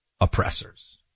oppressors